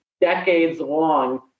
decades-long